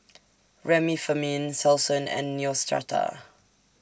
Remifemin Selsun and Neostrata